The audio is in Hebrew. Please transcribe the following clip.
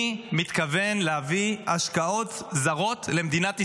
אני מתכוון להביא השקעות זרות למדינת ישראל,